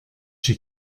she